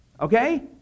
Okay